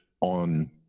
on